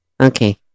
Okay